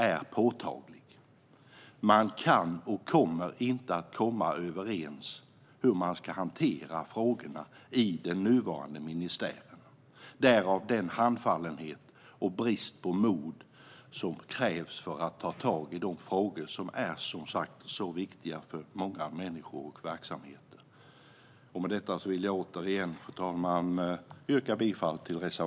Den nuvarande ministären kan inte och kommer inte att komma överens om hur frågorna ska hanteras - därav den handfallenhet och brist på mod som krävs för att ta tag i de frågor som, som sagt, är viktiga för många människor och verksamheter.